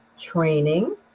training